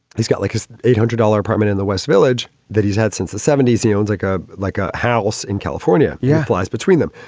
he's got like eight eight hundred dollars apartment in the west village that he's had since the seventy s, he owns like a like a house in california. yeah. lies between them.